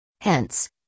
Hence